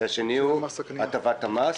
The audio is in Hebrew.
וכן הטבת המס.